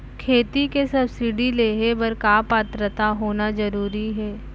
खेती के सब्सिडी लेहे बर का पात्रता होना जरूरी हे?